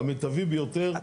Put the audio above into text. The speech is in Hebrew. "המיטבי ביותר".